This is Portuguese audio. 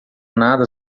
nada